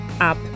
up